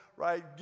Right